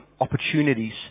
opportunities